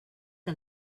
que